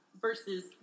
versus